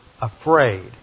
afraid